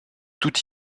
tout